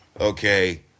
okay